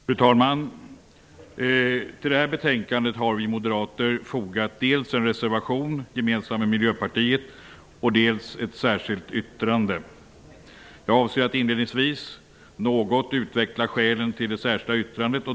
Fru talman! Till detta betänkande har vi moderater fogat dels en reservation, gemensam med Miljöpartiet, och dels ett särskilt yttrande. Jag avser att inledningsvis något utveckla skälen till det särskilda yttrandet.